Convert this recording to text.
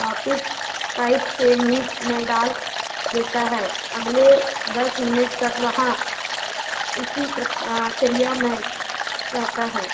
वापस पाइप के मुँह में डाल देता है अगले दस मिनट तक वहाँ इसी प्रकार क्रिया में रहता है